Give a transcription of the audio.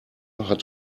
hat